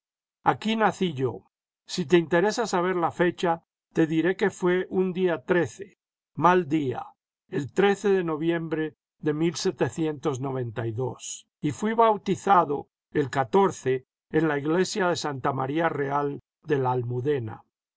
aquí nací yo si te interesa saber la fecha te diré que fué un día mal día el de noviembre de y fui bautizado el en la iglesia de santa maría real de la almudena